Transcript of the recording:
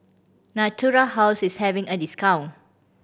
Natura House is having a discount